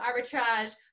arbitrage